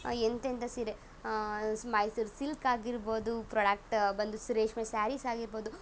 ಎಂತೆಂಥ ಸೀರೆ ಮೈಸೂರು ಸಿಲ್ಕ್ ಆಗಿರ್ಬೋದು ಪ್ರಾಡಕ್ಟ ಬಂದು ರೇಷ್ಮೆ ಸ್ಯಾರೀಸ್ ಆಗಿರ್ಬೋದು